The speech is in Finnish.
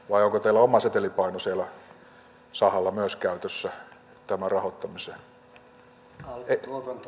vai onko teillä oma setelipaino siellä sahalla myös käytössä tämän rahoittamiseen